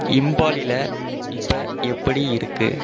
இம்பாலுல இப்போ எப்படி இருக்குது